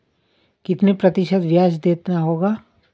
कितना प्रतिशत ब्याज देना होगा?